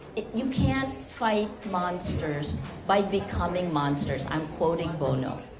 you can't fight monsters by becoming monsters. i'm quoting bono.